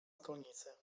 stolnicy